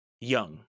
young